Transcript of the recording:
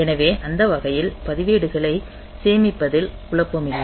எனவே அந்த வகையில் பதிவேடுகளை சேமிப்பதில் குழப்பம் இல்லை